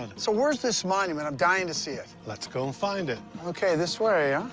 and so where's this monument? i'm dying to see it. let's go and find it. okay, this way,